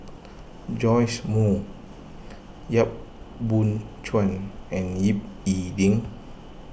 Joash Moo Yap Boon Chuan and Ying E Ding